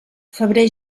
febrer